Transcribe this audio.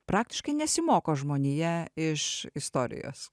praktiškai nesimoko žmonija iš istorijos